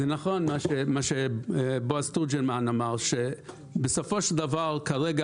זה נכון מה שבועז תורג'מן אמר שבסופו של דבר כרגע